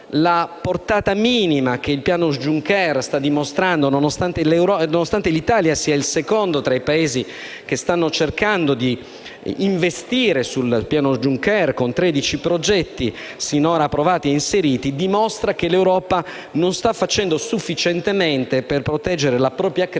la portata minima del Piano Juncker, nonostante l'Italia sia il secondo tra i Paesi europei che stanno cercando di investire su tale piano, con 13 progetti sinora approvati e inseriti. Ciò dimostra che l'Europa non sta facendo sufficientemente per proteggere la propria crescita